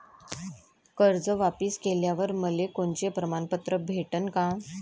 कर्ज वापिस केल्यावर मले कोनचे प्रमाणपत्र भेटन का?